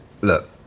look